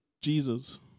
Jesus